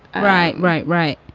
right. right, right.